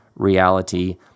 reality